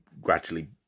gradually